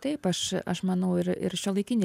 taip aš aš manau ir ir šiuolaikinį